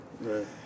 Right